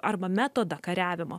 arba metodą kariavimo